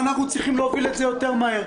אנחנו צריכים להוביל את זה יותר מהר.